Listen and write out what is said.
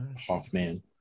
Hoffman